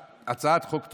בהצעת חוק טרומית,